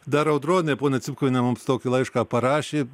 dar audronė ponia cipkuviene mums tokį laišką parašė